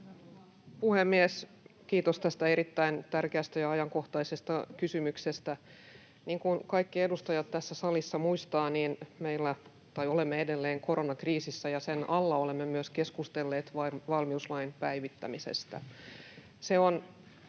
puhemies! Kiitos tästä erittäin tärkeästä ja ajankohtaisesta kysymyksestä. Niin kuin kaikki edustajat tässä salissa muistavat, niin me olemme edelleen koronakriisissä, ja sen alla olemme myös keskustelleet valmiuslain päivittämisestä.